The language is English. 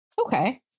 Okay